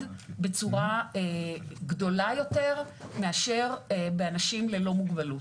בצורה גדולה יותר מאשר באנשים ללא מוגבלות.